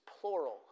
plural